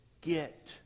get